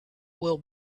will